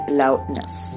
loudness